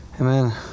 Amen